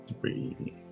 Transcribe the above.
three